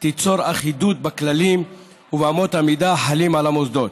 תיצור אחידות בכללים ובאמות המידה החלים על המוסדות.